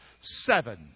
Seven